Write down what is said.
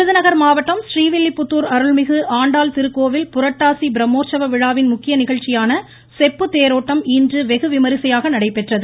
விருதுநகர் மாவட்டம் றீவில்லிபுத்தூர் அருள்மிகு ஆண்டாள் திருக்கோவில் புரட்டாசி பிரம்மோற்சவ விழாவின் முக்கிய நிகழ்ச்சியான செப்பு தேரோட்டம் இன்று வெகுவிமரிசையாக நடைபெற்றது